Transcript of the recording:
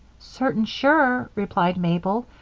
certain sure, replied mabel.